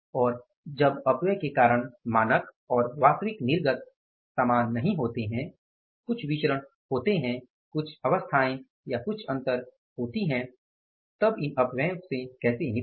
और जब अपव्यय के कारण मानक और वास्तविक निर्गत समान नहीं होते हैं कुछ विचरण होते है कुछ अवस्थाएँ या कुछ अंतर होते हैं तब इन अपव्ययों से कैसे निपटें